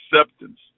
acceptance